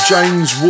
James